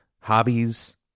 hobbies